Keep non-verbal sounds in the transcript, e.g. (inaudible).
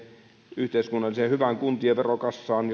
yhteiskunnalliseen hyvään kuntien verokassaan (unintelligible)